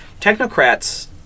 Technocrats